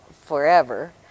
forever